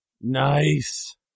nice